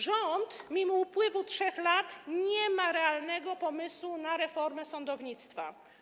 Rząd mimo upływu 3 lat nie ma realnego pomysłu na reformę sądownictwa.